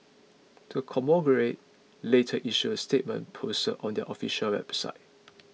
the conglomerate later issued a statement posted on their official website